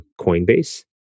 Coinbase